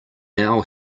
now